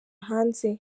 hanze